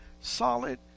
solid